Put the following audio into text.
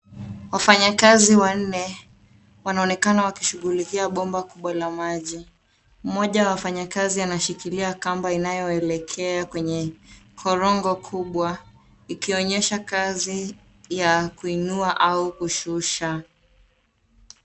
Wafanyakazi wanne wanaonekana wakishughulikia bomba kubwa la maji. Mmoja wa wafanyakazi anashikilia kamba inayoelekea kwenye korongo kubwa ikionyesha kazi ya kuinua au kushusha.